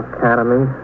Academy